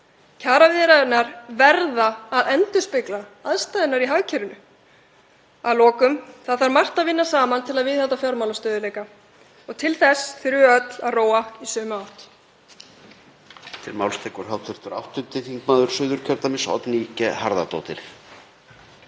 Kjaraviðræðurnar verða að endurspegla aðstæðurnar í hagkerfinu. Að lokum: Það þarf margt að vinna saman til að viðhalda fjármálastöðugleika og til þess þurfum við öll að róa í sömu átt.